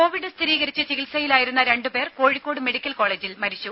Covid സ്ഥിരീകരിച്ച് ചികിത്സയിലായിരുന്ന രണ്ടു പേർ കോഴിക്കോട് മെഡിക്കൽ കോളേജിൽ മരിച്ചു